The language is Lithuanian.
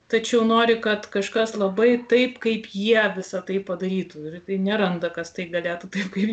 tačiau nori kad kažkas labai taip kaip jie visą tai padarytų ir tai neranda kas tai galėtų taip kaip